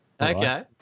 okay